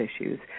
issues